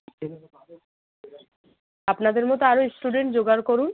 আপনাদের মতো আরও স্টুডেন্ট জোগাড় করুন